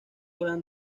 gran